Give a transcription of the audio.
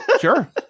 sure